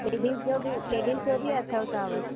ladies जो बि ladies जो बि अथव तव्हां वटि